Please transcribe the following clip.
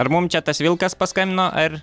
ar mum čia tas vilkas paskambino ar